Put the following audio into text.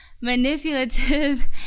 manipulative